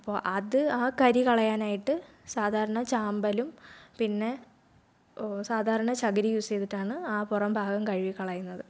അപ്പോൾ അത് ആ കരി കളയാനായിട്ട് സാധാരണ ചാമ്പലും പിന്നെ സാധാരണ ചകിരി യൂസ് ചെയ്തിട്ടാണ് ആ പുറം ഭാഗം കഴുകി കളയുന്നത്